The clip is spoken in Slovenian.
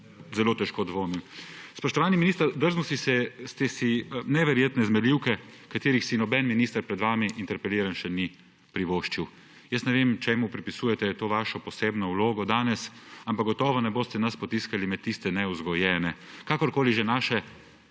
zelo težko. Dvomim. Spoštovani minister, drznili ste si neverjetne zmerljivke, ki si jih noben interpeliran minister pred vami še ni privoščil. Ne vem, čemu pripisujete to svojo posebno vlogo danes, ampak gotovo ne boste nas potiskali med tiste nevzgojene. Kakorkoli že, naše